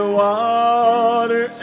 water